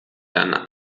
dann